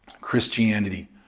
Christianity